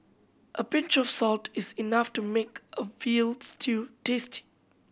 a pinch of salt is enough to make a veal stew tasty